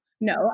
No